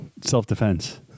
self-defense